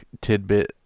tidbit